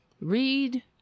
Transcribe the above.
Read